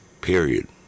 Period